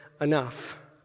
enough